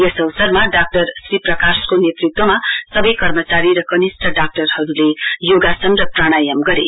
यस अवसरमा डाक्टर श्रीप्रकाशको नेतृत्वमा सबै कर्मचारी र कनिष्ट डाक्टरहरूले योगासन र प्राणायम गरे